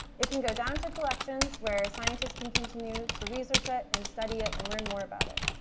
it can go down to collections where scientists can continue to research it and study it and learn more about it.